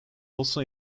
also